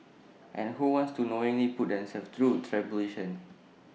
and who wants to knowingly put themselves through tribulation